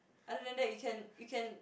other than that you can you can